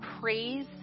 praise